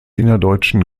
innerdeutschen